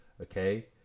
okay